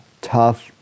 tough